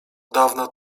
dawna